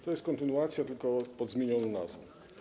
To jest kontynuacja, tylko pod zmienioną nazwą.